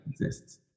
exists